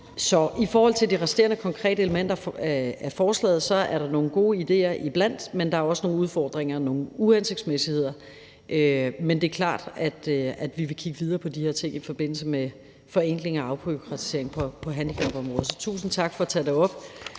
I forhold til de resterende konkrete elementer i forslaget vil jeg sige, at der er nogle gode idéer iblandt dem, men der er også nogle udfordringer og nogle uhensigtsmæssigheder. Men det er klart, at vi vil kigge videre på de her ting i forbindelse med forenkling og afbureaukratisering på handicapområdet. Så jeg vil sige tusind tak for at tage det op,